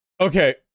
Okay